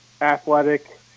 athletic